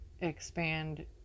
expand